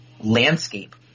landscape